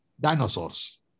dinosaurs